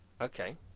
Okay